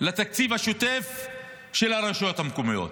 לתקציב השוטף של הרשויות המקומיות,